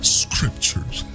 scriptures